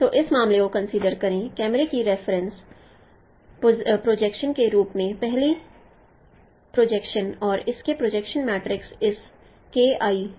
तो इस मामले को कंसीडर करें कैमरे की रेफरेंस पोजिशन के रूप में पहली पोजिशन और इसके प्रोजेक्शन मैट्रिक्स इस रूप में दी गई है